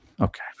okay